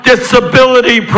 disability